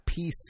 PC